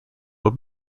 will